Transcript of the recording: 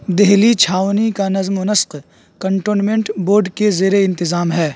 دہلی چھاؤنی کا نظم و نسق کنٹونمنٹ بورڈ کے زیر انتظام ہے